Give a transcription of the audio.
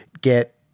get